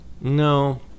no